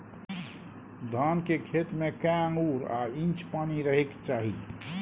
धान के खेत में कैए आंगुर आ इंच पानी रहै के चाही?